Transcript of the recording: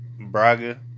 Braga